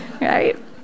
right